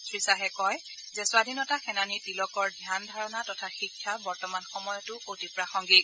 শ্ৰী খাহে কয় যে স্বধীনতা সেনানী তিলকৰ ধ্যান ধাৰণা তথা শিক্ষা বৰ্তমান সময়তো অতি প্ৰাসংগিক